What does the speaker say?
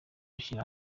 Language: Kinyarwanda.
gushyira